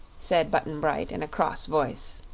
said button-bright, in a cross voice.